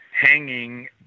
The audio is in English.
hanging